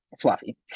fluffy